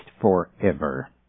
forever